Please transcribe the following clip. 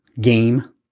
game